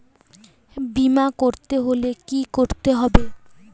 বিমা করতে হলে কি করতে হবে?